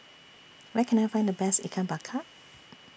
Where Can I Find The Best Ikan Bakar